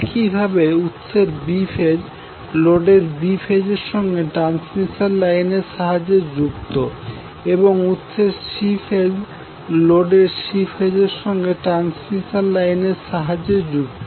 একইভাবে উৎসের B phase লোডের B ফেজের সঙ্গে ট্রান্সমিসন লাইনের সাহায্যে যুক্ত এবং উৎসের C ফেজ লোডের C ফেজের সঙ্গে ট্রান্সমিসন লাইনের সাহায্যে যুক্ত